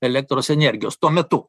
elektros energijos tuo metu